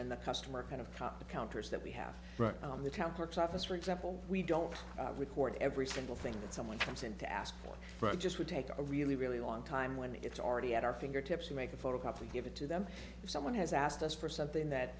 and the customer kind of the counters that we have on the town parks office for example we don't record every single thing that someone comes in to ask but just we take a really really long time when it's already at our fingertips you make a photocopy give it to them if someone has asked us for something that